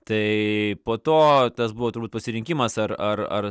tai po to tas buvo turbūt pasirinkimas ar ar ar